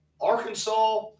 Arkansas